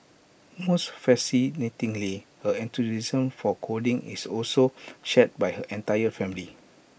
most fascinatingly her enthusiasm for coding is also shared by her entire family